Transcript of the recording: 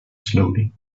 slowly